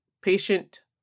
patient